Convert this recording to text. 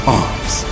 arms